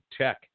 tech